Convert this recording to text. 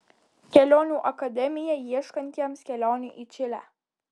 kelionių akademija ieškantiems kelionių į čilę